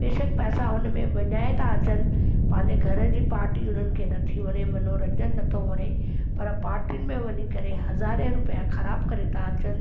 बेशक पैसा हुनमें विञाए था अचनि पंहिंजे घर जी पाटी हुननि खे नथी वणे मनोरंजनु नथो वणे पर पाटीयुनि में वञी करे हज़ारे रूपिया ख़राब करे था अचनि